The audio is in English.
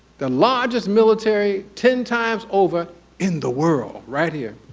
the largest military ten times over in the world, right here.